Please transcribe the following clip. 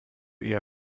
eher